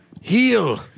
Heal